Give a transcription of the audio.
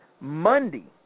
Monday